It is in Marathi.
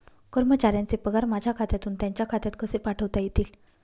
कर्मचाऱ्यांचे पगार माझ्या खात्यातून त्यांच्या खात्यात कसे पाठवता येतील?